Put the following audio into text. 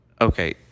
Okay